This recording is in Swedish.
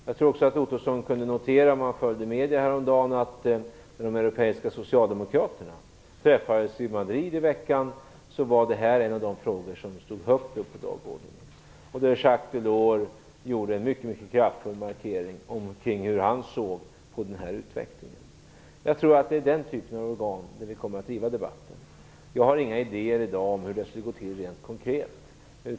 Jag tror också att Ottosson, om han följde vad som sades i medierna häromdagen, kunde notera att det här var en av de frågor som stod högt upp på dagordningen när de europeiska socialdemokraterna träffades i Madrid i veckan. Jacques Delors gjorde en mycket kraftfull markering kring hur han såg på den här utvecklingen. Jag tror att vi kommer att driva debatten i den typen av organ. Jag har i dag inga idéer om hur detta skulle gå till rent konkret.